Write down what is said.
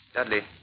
Dudley